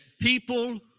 people